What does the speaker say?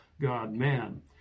God-man